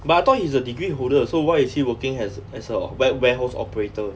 but I thought he's a degree holder so why is he working as as a ware~ warehouse operator